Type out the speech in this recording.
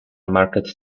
market